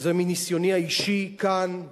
וזה מניסיוני האישי כאן יום-יום,